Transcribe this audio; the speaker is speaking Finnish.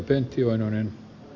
arvoisa puhemies